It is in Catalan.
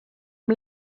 amb